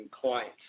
clients